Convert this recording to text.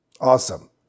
Awesome